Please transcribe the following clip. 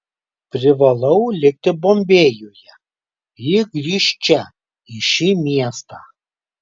privalau likti bombėjuje ji grįš čia į šį miestą